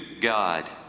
God